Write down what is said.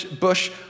bush